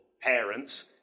parents